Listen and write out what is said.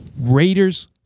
Raiders